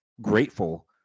grateful